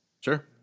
Sure